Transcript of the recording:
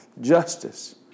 justice